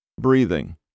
Breathing